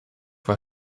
war